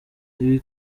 ibi